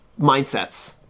mindsets